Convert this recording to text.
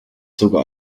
sogar